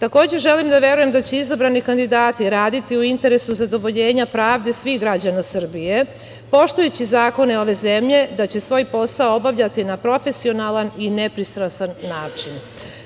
Takođe želim da verujem da će izabrani kandidati raditi u interesu zadovoljenja pravde svih građana Srbije, poštujući zakone ove zemlje da će svoj posao obavljati na profesionalan i nepristrasan